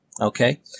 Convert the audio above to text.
Okay